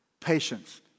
patience